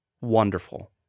wonderful